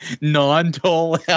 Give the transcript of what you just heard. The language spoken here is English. non-toll